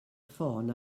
ffôn